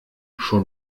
schon